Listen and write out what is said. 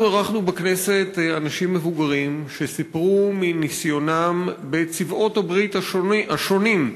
אנחנו אירחנו בכנסת אנשים מבוגרים שסיפרו מניסיונם בצבאות הברית השונים,